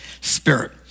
Spirit